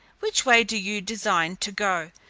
which way do you design to go,